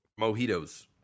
Mojitos